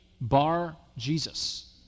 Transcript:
Bar-Jesus